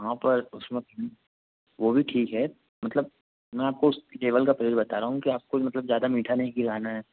हाँ पर उसमें वो भी ठीक है मतलब मैं आपको उस केबल का प्रयोग बता रहा हूँ कि आपको मतलब ज़्यादा मीठा नहीं खिलाना है